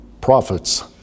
prophets